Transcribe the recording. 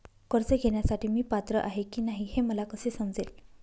कर्ज घेण्यासाठी मी पात्र आहे की नाही हे मला कसे समजेल?